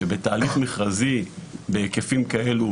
ובתהליך מכרזי שהיקפים כאלו,